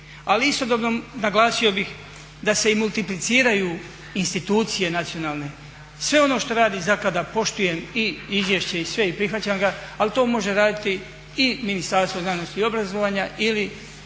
Ali istodobno naglasio bih da se i multipliciraju institucije nacionalne. Sve ono što radi zaklada poštujem i izvješće i sve i prihvaćam ga ali to može raditi i Ministarstvo znanosti i obrazovanja ili